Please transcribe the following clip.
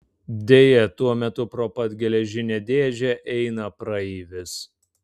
deja tuo metu pro pat geležinę dėžę eina praeivis